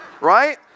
right